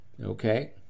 okay